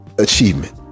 Achievement